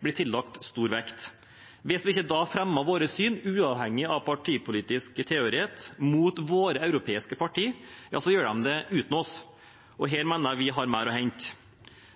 blir tillagt stor vekt. Hvis vi ikke fremmer våre syn, uavhengig av partipolitisk tilhørighet, overfor våre europeiske partier, gjør de det uten oss. Her mener jeg vi har mer å hente.